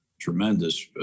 tremendous